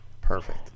perfect